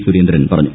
സുരേന്ദ്രൻ പറഞ്ഞു